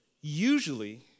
usually